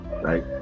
Right